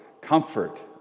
comfort